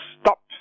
stop